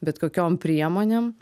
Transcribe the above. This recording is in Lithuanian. bet kokiom priemonėm